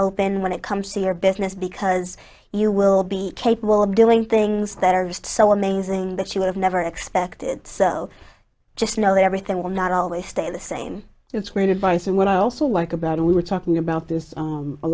open when it comes to your business because you will be capable of doing things that are just so amazing that she would have never expected so just know that everything will not always stay the same it's great advice and what i also like about it we were talking about this